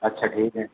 اچھا ٹھیک ہے